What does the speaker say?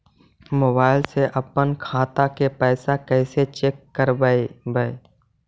Mobile से अपन खाता के पैसा कैसे चेक करबई?